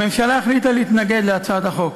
הממשלה החליטה להתנגד להצעת החוק.